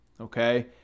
okay